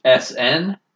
SN